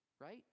right